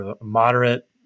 moderate